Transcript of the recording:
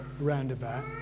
roundabout